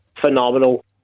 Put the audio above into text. phenomenal